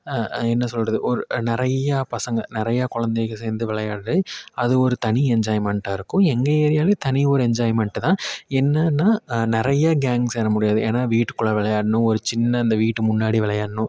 என்ன சொல்லுறது ஒரு நிறைய பசங்க நிறைய குழந்தைங்க சேர்ந்து விளையாடி அது ஒரு தனி என்ஜாய்மெண்ட்டாக இருக்கும் எங்கள் ஏரியாலையும் தனி ஒரு என்ஜாய்மெண்ட்டு தான் என்னன்னா நிறைய கேங் சேர முடியாது ஏன்னா வீட்டுக்குள்ளே விளையாடணும் ஒரு சின்ன அந்த வீட்டு முன்னாடி விளையாடணும்